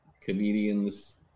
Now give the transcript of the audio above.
comedians